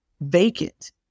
vacant